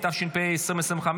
התשפ"ה 2025,